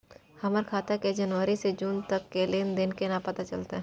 हमर खाता के जनवरी से जून तक के लेन देन केना पता चलते?